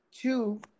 Two